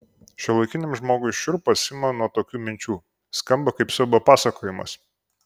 šiuolaikiniam žmogui šiurpas ima nuo tokių minčių skamba kaip siaubo pasakojimas